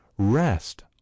rest